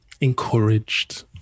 encouraged